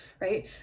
right